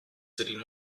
sitting